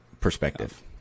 perspective